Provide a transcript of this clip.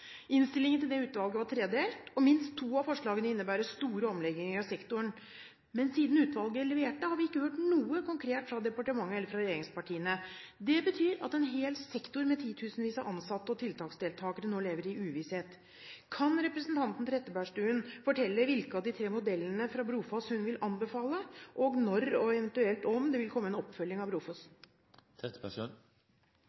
Innstillingen fra dette utvalget var tredelt, og minst to av forslagene innebærer store omlegginger av sektoren. Men siden utvalget leverte, har vi ikke hørt noe konkret fra departementet eller fra regjeringspartiene. Det betyr at en hel sektor med titusenvis av ansatte og tiltaksdeltakere nå lever i uvisshet. Kan representanten Trettebergstuen fortelle hvilke av de tre modellene fra Brofoss-utvalget hun vil anbefale, og når – eventuelt om – det vil komme en oppfølging av